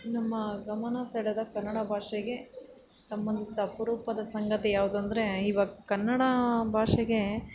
ನಮ್ಮ ಗಮನ ಸೆಳೆದ ಕನ್ನಡ ಭಾಷೆಗೆ ಸಂಬಂಧಿಸಿದ ಅಪರೂಪದ ಸಂಗತಿ ಯಾವುದೆಂದ್ರೆ ಇವಾಗ ಕನ್ನಡ ಭಾಷೆಗೆ